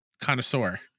connoisseur